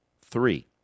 three